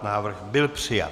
Návrh byl přijat.